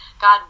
god